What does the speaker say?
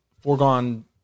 foregone